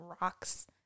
rocks